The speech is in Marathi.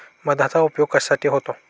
मधाचा उपयोग कशाकशासाठी होतो?